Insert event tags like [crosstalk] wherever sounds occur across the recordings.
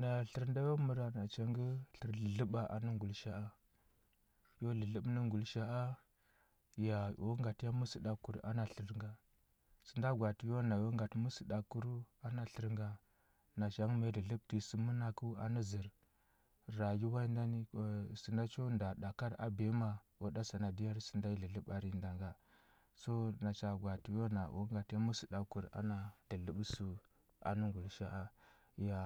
Naya tlər nda yu məra nacha ngə tlər dlədləɓa anə ngulisha a. Yo dlədləɓə nə ngulisha a, ya o ngatə ya məsəɗakur ana tlər nga. Sənda gwa atə yu na yu ngatə məsəɗakurəu, ana tlər nga, nacha ngə ma yi dlədləɓətə yi sə mənakəu anə zər, rayuwar ndani ə sənda cho nda ɗakarə a biyama u ɗa sanadiya ənda yi dlədləɓar nyi da nga. So nacha gwaatə yu na o ngatə ya məsəɗakur ana dlədləɓə səu nə ngulisha a. Ya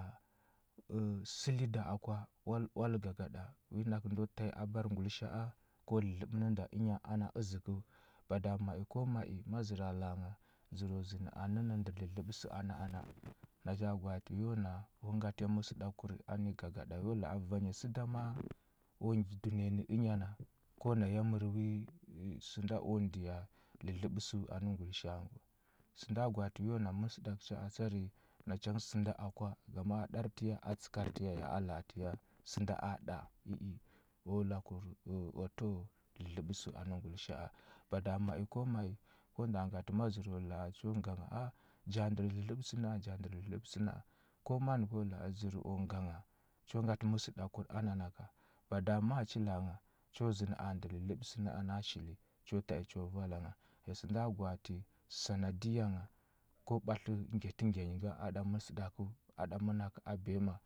ə səli da akwa oal oal gagaɗa, wi nakə ndo ta i abar ngulisha a, ko dlədləɓə nə nda ənya ana əzəkəu, bada ma i ko ma i ma zəra la a ngha zərəu zənə anə nənnə nə ndər dlədləɓə sə a na a na. Naja gwaatə yu na u ngatə məsəɗakur ani gagaɗa, yo la a vanya səda maa u dunəya nə ənya na ko na ya mər wi sənda u ndiya dlədləɓə sə anə ngulisha a wa. Sənda gwaatə yu na məsəɗakə cha atsari, nacha sənda akwa. Ngama ɗartə ya, a tsəkartə ya, ya a la atə ya, sənda a ɗa i i, u lakur ato dlədləɓə sə anə ngulisha a. Bada ma i ko ma i, ko nda ngatə a zərəu la a cho nga ngha. a ja ndər dlədləɓə sə na aja ndər dlədləɓə na a. Ko man go la a zər o nga ngha, nju ngatə məsəɗakur ana naka. Bada maa nji la a ngha, nju zənə a ndər dlədləɓə sə na a na shili, cho ta i cho vala ngha. Ya səna gwaatə sanadiya ngha ko ɓatlə ngyatə ngya yi nga, a ɗa məsəɗakəu a ɗa mənakəu [unintelligible]